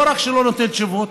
לא רק שלא נותנים תשובות,